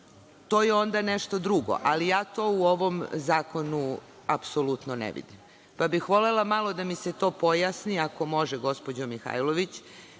to je onda nešto drugo, ali ja to u ovom zakonu apsolutno ne vidim. Volela bih da mi se to malo pojasni ako može gospođa Mihajlović,